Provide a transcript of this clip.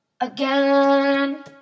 again